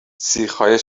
سیخهای